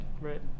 Right